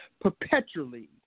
perpetually